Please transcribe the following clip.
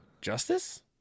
justice